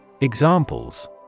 Examples